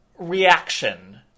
Reaction